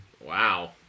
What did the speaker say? wow